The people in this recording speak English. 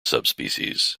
subspecies